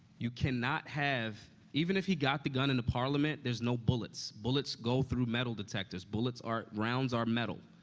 you cannot have even if he got the gun into parliament, there's no bullets. bullets go through metal detectors. bullets are rounds are metal.